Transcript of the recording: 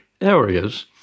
areas